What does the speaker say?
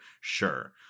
sure